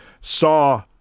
saw